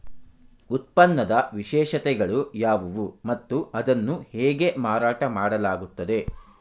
ಉತ್ಪನ್ನದ ವಿಶೇಷತೆಗಳು ಯಾವುವು ಮತ್ತು ಅದನ್ನು ಹೇಗೆ ಮಾರಾಟ ಮಾಡಲಾಗುತ್ತದೆ?